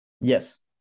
Yes